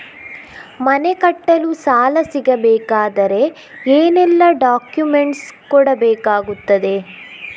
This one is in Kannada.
ಮನೆ ಕಟ್ಟಲು ಸಾಲ ಸಿಗಬೇಕಾದರೆ ಏನೆಲ್ಲಾ ಡಾಕ್ಯುಮೆಂಟ್ಸ್ ಕೊಡಬೇಕಾಗುತ್ತದೆ?